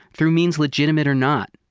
through means legitimate or not,